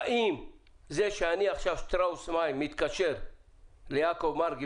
האם זה שאני עכשיו שטראוס מים מתקשר ליעקב מרגי